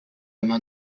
main